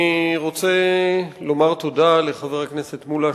אני רוצה לומר תודה לחבר הכנסת מולה,